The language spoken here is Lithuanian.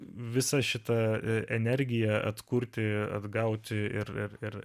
visą šitą energiją atkurti atgauti ir ir